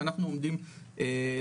אנחנו עומדים לצידו.